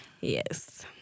Yes